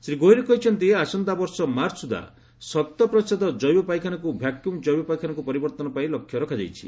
ଶ୍ରୀ ଗୋଏଲ୍ କହିଛନ୍ତି ଆସନ୍ତା ବର୍ଷ ମାର୍ଚ୍ଚ ସୁଦ୍ଧା ଶତପ୍ରତିଶତ କ୍ରିବ ପାଇଖାନାକୁ ଭ୍ୟାକୁମ୍ କ୍ଜେବ ପାଇଖାନାକୁ ପରିବର୍ତ୍ତନ ପାଇଁ ଲକ୍ଷ୍ୟ ରଖାଯାଇଛି